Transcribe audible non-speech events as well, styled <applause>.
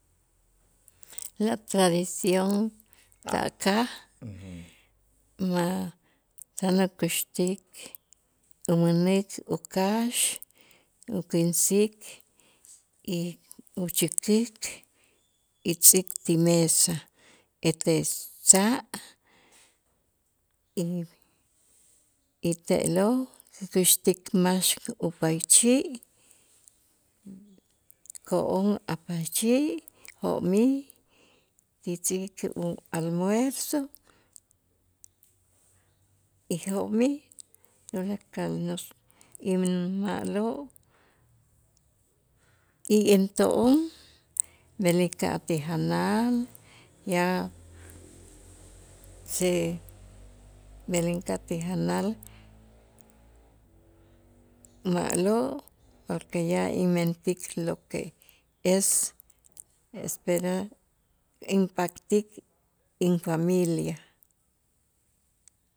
La tradición ta' kaj <hesitation> ma' tan ukäxtik umänik ukax ukinsik y uchäkik y tz'ik ti mesa ete sa' y y te'lo' käxtik max upaychi' ko'on a' paychi' jo'mij ti tz'ik u almuerzo y jo'mij tulakal nos y ma'lo' y into'on b'el inka'aj ti janal ya se b'el inka'aj ti janal ma'lo', porque inmentik lo que es esperar inpak'tik infamilia.